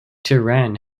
tehran